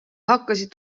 hakkasid